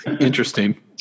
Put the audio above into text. Interesting